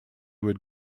would